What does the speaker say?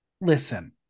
Listen